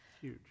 huge